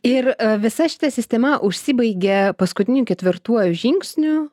ir visa šita sistema užsibaigia paskutiniu ketvirtuoju žingsniu